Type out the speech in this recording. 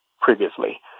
previously